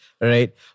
Right